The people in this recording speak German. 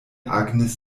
agnes